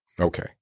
Okay